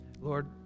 Lord